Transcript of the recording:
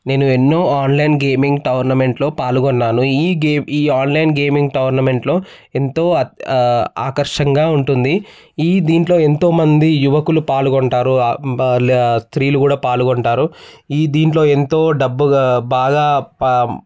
నేను ఎన్నో online gaming టోర్నమెంట్లో పాల్గొన్నాను ఈ గేమ్ ఈ ఆన్లైన్ గేమింగ్ టోర్నమెంట్లో ఎంతో అతి ఆకర్షంగా ఉంటుంది ఈ దీంట్లో ఎంతో మంది యువకులు పాల్గొంటారు బా లే స్త్రీలు కూడా పాల్గొంటారు ఈ దీంట్లో ఎంతో డబ్బుగా బాగా పా